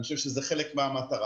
אני חושב שזה חלק מהמטרה.